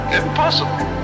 impossible